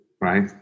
right